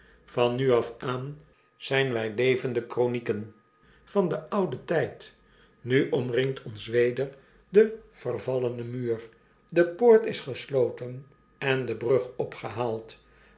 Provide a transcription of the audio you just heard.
van nu af aan zijn wjj levende kronyken van den ouden tfld nu omringt ons weder de vervallene muur de poort is gesloten en debrugopgehaald